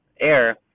air